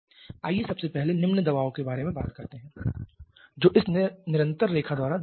आइए सबसे पहले निम्न दबाव के बारे में बात करते हैं जो इस निरंतर रेखा द्वारा दिया गया है